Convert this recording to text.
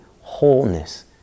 wholeness